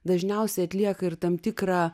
dažniausiai atlieka ir tam tikrą